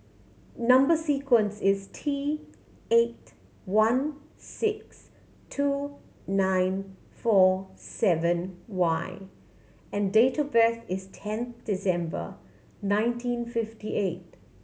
number sequence is T eight one six two nine four seven Y and date of birth is ten December nineteen fifty eight